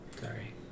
Sorry